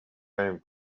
home